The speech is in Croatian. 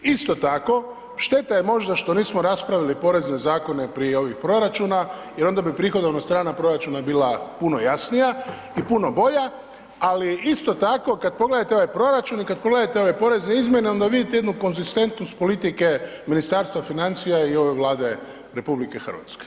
Isto tako, šteta je možda što nismo raspravili porezne zakone prije ovih proračuna jer onda bi prihodovna strana proračuna bila puno jasnija i puno bolja, ali isto tako, kad pogledate ovaj proračun i kad pogledate ove porezne izmjene, onda vidite jednu konzistentnost politike ministarstva financija i ove Vlade RH.